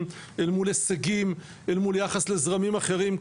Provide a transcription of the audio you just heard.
אל מול הישגים אל מול יחס לזרמים אחרים,